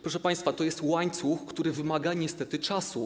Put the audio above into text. Proszę państwa, to jest łańcuch, który wymaga niestety czasu.